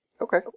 Okay